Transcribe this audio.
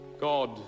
God